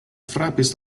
frapis